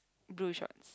blue shorts